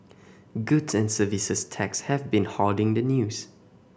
Goods and Services Tax has been hoarding the news